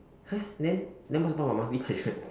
!huh! then then what's the point of monthly budget